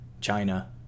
China